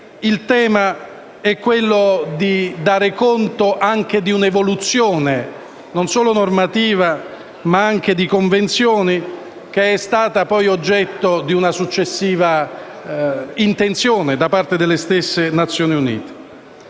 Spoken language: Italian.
quindi, è quello di dare conto anche di un'evoluzione, non solo normativa ma anche di convenzioni, che è stata poi oggetto di una successiva intenzione da parte delle Nazioni Unite.